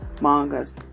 mangas